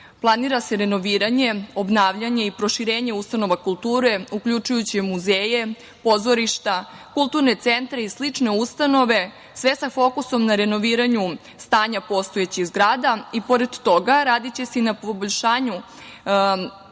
se renoviranje, obnavljanje i proširenje ustanova kulture, uključujući muzeje, pozorišta, kulturne centre i slične ustanove, sve sa fokusom na renoviranju stanja postojećih zgrada. Pored toga, radiće se i na poboljšanju